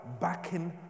backing